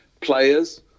players